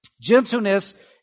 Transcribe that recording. Gentleness